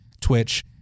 Twitch